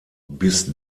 bis